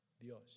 Dios